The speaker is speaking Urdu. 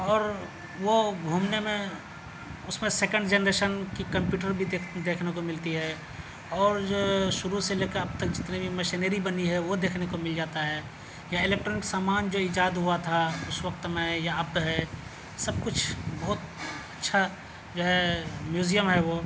اور وہ گھومنے میں اس میں سیکنڈ جنریشن کی کمپیوٹر بھی دیکھ دیکھنے کو ملتی ہے اور شروع سے لیکر اب تک جتنے بھی مشینری بنی ہے وہ دیکھنے کو مل جاتا ہے یا الیکٹرنک سامان جو ایجاد ہوا تھا اس وقت میں یا اب ہے سب کچھ بہت اچھا جو ہے میوزیم ہے وہ